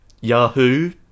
Yahoo